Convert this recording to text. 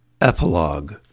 Epilogue